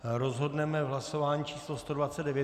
Rozhodneme v hlasování číslo 129.